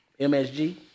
MSG